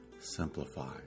simplify